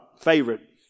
favorite